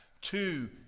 Two